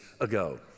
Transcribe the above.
ago